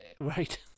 right